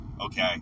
Okay